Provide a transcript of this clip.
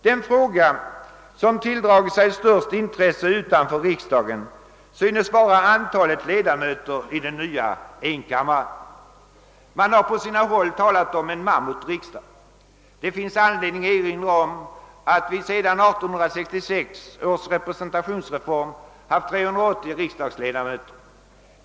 Den fråga som tilldragit sig det största intresset utanför riksdagen synes vara antalet ledamöter i den nya enkammaren. Man har på sina håll talat om en mammutriksdag. Det finns anledning erinra om att vi genom 1866 års representationsreform fick 380 riksdagsledamöter.